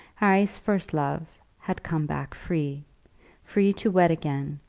harry's first love had come back free free to wed again,